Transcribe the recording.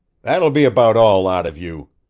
that'll be about all out of you!